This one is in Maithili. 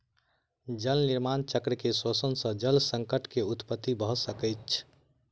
जल निर्माण चक्र के शोषण सॅ जल संकट के उत्पत्ति भ सकै छै